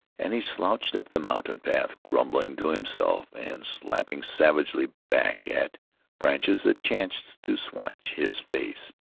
and he slouched up the mountain path, grumbling to himself and slapping savagely back at branches that chanced to switch his face.